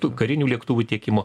tų karinių lėktuvų tiekimo